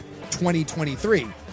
2023